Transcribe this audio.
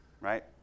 right